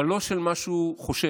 אבל לא של מה שהוא חושב.